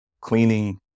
cleaning